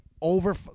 over